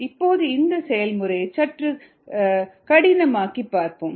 இப்போது இந்த செயல்முறையை சற்று க கடினமாக்கி பார்ப்போம்